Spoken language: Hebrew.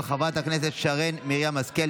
של חברת הכנסת שרן מרים השכל,